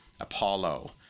Apollo